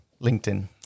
LinkedIn